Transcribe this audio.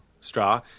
straw